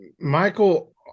Michael